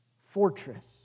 fortress